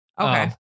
Okay